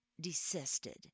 desisted